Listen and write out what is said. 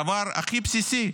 הדבר הכי בסיסי.